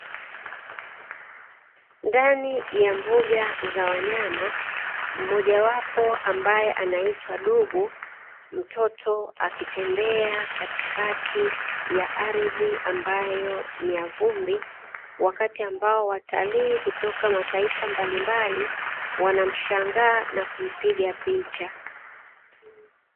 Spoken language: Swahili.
Ndani ya mbuga za wanyama mmoja wapo ambaye anaitwa dubu mtoto, akitembea katikati ya ardhi ambayo ni ya vumbi, wakati ambao watalii kutoka mataifa mbalimbali wanamshangaa na kumpiga picha.